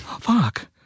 fuck